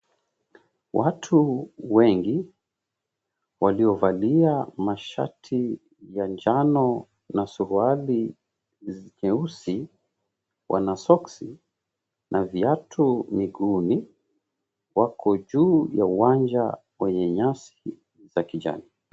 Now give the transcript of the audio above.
Watu wengi waliovalia mashati ya njano na suruali nyeusi, wana soksi na viatu miguuni, wako juu ya uwanja wenye nyasi za kijani.